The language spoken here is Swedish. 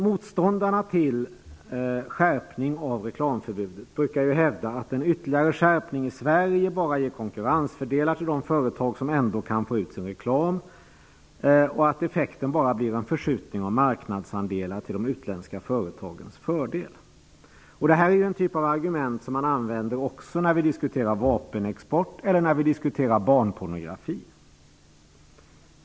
Motståndarna till en skärpning av reklamförbudet brukar hävda att en ytterligare skärpning i Sverige bara innebär konkurrensfördelar för de företag som ändå kan få ut sin reklam och att effekten bara blir en förskjutning av marknadsandelarna, till de utländska företagens fördel. Denna typ av argument används ju också när vi diskuterar vapenexport eller barnpornografi.